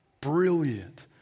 brilliant